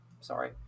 sorry